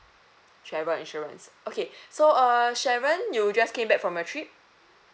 travel insurance okay so err sharon you just came back from a trip